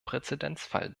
präzedenzfall